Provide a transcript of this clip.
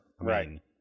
right